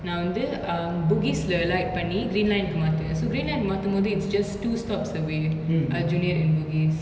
நா வந்து:na vanthu um bugis lah a like பன்னி:panni green line கு மாத்துவ:ku maathuva so green line மாத்தும்போது:maathumpothu it's just two stops away alujunied and bugis